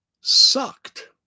sucked